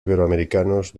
latinoamericanos